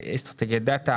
אסטרטגיית דאטה,